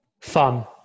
Fun